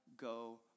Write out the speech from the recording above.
go